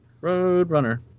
Roadrunner